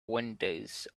windows